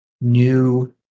new